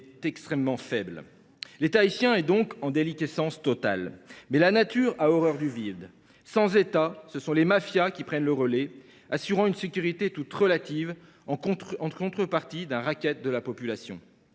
est extrêmement faible. L’État haïtien est donc en déliquescence totale. Mais la nature a horreur du vide. Sans État, ce sont les mafias qui prennent le relais, assurant une sécurité toute relative en contrepartie d’un racket de la population.